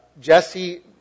Jesse